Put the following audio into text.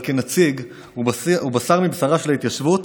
אבל כנציג ובשר מבשרה של ההתיישבות,